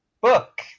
book